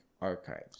archives